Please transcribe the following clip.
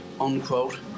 unquote